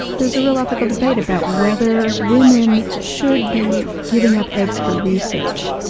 there's a real ethical debate about whether women should be giving up eggs for research.